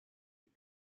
und